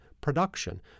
production